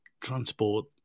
transport